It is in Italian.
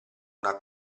una